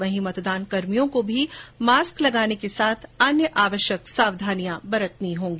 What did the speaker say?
वहीं मतदान कर्मियों को भी मास्क लगाने के साथ अन्य आवश्यक सावधानियां बरतनी होगी